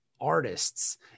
artists